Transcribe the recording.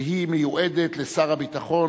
שמיועדת לשר הביטחון,